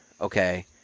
Okay